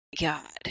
God